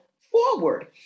forward